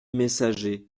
messager